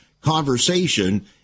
conversation